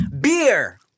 Beer